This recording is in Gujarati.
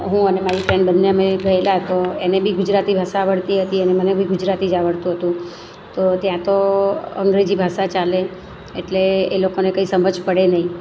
હું અને મારી ફ્રેન્ડ બન્ને અમે ગયેલાં તો એને બી ગુજરાતી ભાષા આવડતી હતી અને મને બી ગુજરાતી જ આવડતું હતું તો ત્યાં તો અંગ્રેજી ભાષા ચાલે એટલે એ લોકોને કંઈ સમજ પડે નહીં